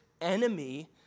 enemy